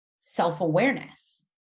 self-awareness